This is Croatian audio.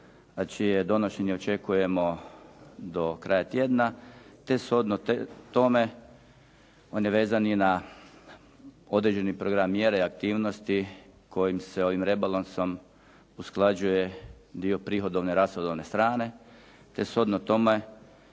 a čije donošenje očekujemo do kraja tjedna, te shodno tome on je vezan i na određeni …/Govornik se ne razumije./… mjere aktivnosti kojim se ovim rebalansom usklađuje dio prihodovne i rashodovne strane, te shodno tome